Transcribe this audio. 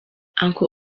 uncle